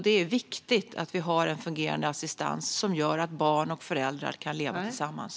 Det är viktigt att vi har en fungerande assistans som gör att barn och föräldrar kan leva tillsammans.